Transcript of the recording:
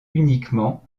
uniquement